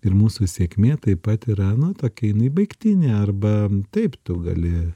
ir mūsų sėkmė taip pat yra nu tokia jinai baigtinė arba taip tu gali